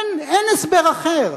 אין הסבר אחר.